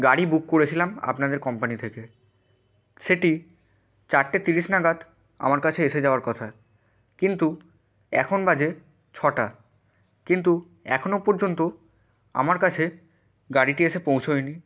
গাড়ি বুক করেছিলাম আপনাদের কম্পানি থেকে সেটি চারটে তিরিশ নাগাদ আমার কাছে এসে যাওয়ার কথা কিন্তু এখন বাজে ছটা কিন্তু এখনও পর্যন্ত আমার কাছে গাড়িটি এসে পৌঁছোয়নি